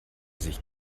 sich